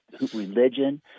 religion